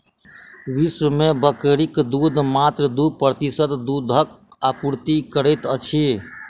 विश्व मे बकरीक दूध मात्र दू प्रतिशत दूधक आपूर्ति करैत अछि